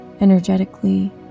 energetically